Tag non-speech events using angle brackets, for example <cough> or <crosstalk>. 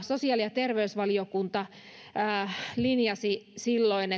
sosiaali ja terveysvaliokunta linjasi silloin <unintelligible>